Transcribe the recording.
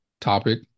topic